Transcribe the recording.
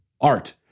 art